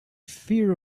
fear